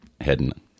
heading